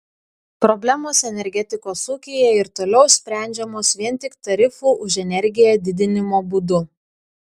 problemos energetikos ūkyje ir toliau sprendžiamos vien tik tarifų už energiją didinimo būdu